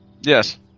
Yes